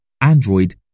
Android